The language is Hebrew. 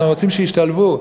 אנחנו רוצים שהם ישתלבו.